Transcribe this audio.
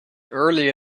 early